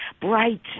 bright